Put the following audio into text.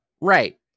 Right